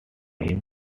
him